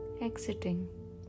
exiting